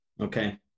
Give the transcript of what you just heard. Okay